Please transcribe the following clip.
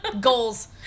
Goals